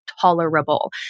tolerable